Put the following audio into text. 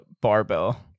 barbell